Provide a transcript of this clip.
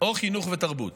או חינוך ותרבות.